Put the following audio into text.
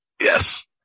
yes